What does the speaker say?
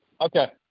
Okay